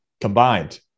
combined